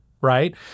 right